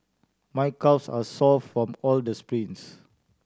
my calves are sore from all the sprints